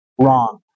Wrong